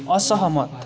असहमत